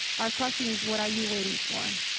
our question is what are you waiting for?